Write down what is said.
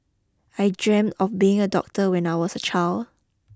I dreamt of being a doctor when I was a child